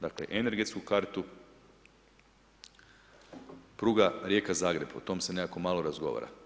Dakle energetsku kartu pruga Rijeka-Zagreb, o tome se nekako malo razgovara.